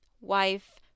wife